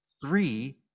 three